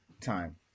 time